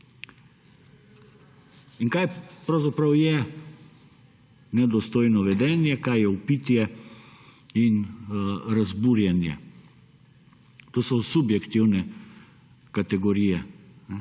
je nedostojno vedenje, kaj je vpitje in razburjenje? To so subjektivne kategorije.